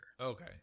Okay